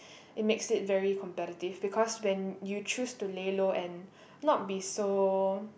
it makes it very competitive because when you choose to lay low and not be so